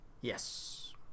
yes